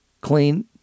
Clean